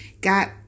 got